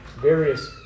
various